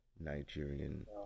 Nigerian